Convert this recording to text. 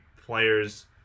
players